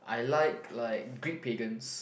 I like like Greek Pegans